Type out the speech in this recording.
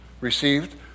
received